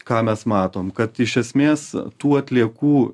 ką mes matom kad iš esmės tų atliekų